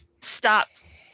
stops